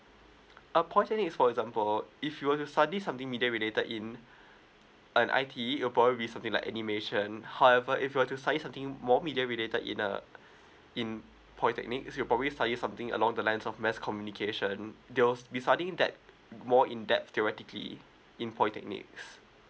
uh polytechnic is for example if you want to study something media related in an I_T_E you're probably be something like animation however if you were to study something more media related in uh in polytechnic you probably study something along the lines of mass communication deals we study that more in that theoretically in polytechnics